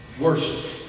Worship